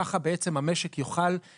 ככה בעצם המשק יוכל להתחבר לאמנה.